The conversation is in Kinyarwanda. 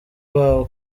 babo